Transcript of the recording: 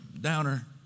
downer